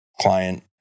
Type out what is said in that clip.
client